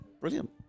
brilliant